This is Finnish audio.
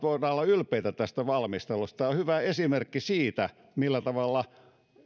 voidaan olla ylpeitä tästä valmistelusta niin tämä on hyvä esimerkki siitä millä tavalla